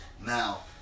Now